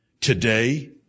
today